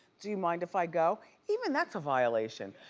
do you mind if i go? even that's a violation,